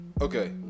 okay